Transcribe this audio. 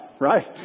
Right